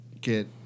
get